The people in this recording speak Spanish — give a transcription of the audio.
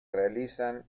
realizan